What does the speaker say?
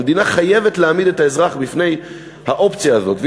המדינה חייבת להעמיד את האזרח בפני האופציה הזאת,